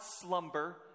slumber